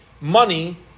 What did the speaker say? money